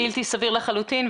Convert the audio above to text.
בלתי סביר לחלוטין.